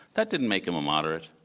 that didn't make him a moderate.